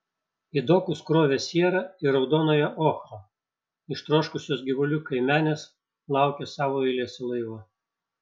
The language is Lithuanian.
į dokus krovė sierą ir raudonąją ochrą ištroškusios gyvulių kaimenės laukė savo eilės į laivą